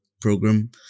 program